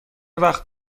وقت